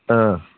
ꯑꯥ